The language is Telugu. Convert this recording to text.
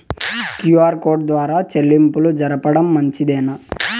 క్యు.ఆర్ కోడ్ ద్వారా చెల్లింపులు జరపడం మంచిదేనా?